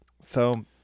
So-